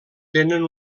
tenen